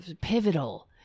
pivotal